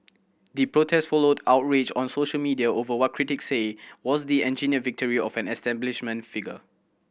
the protest followed outrage on social media over what critic say was the engineered victory of an establishment figure